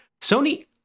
Sony